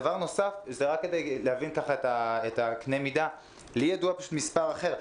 דבר נוסף זה רק כדי להבין את קנה המידה: לי ידוע על מספר אחר.